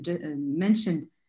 mentioned